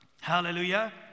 Hallelujah